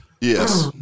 Yes